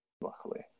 Luckily